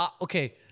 Okay